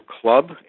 club